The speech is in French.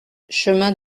chemin